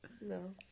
No